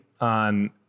on